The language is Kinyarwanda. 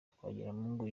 twagiramungu